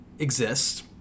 exists